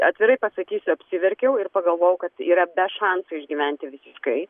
atvirai pasakysiu apsiverkiau ir pagalvojau kad yra be šansų išgyventi visiškai